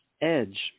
Edge